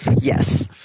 Yes